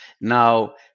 now